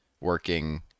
working